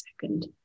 second